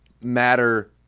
matter